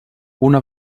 una